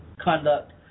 conduct